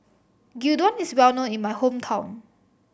gyudon is well known in my hometown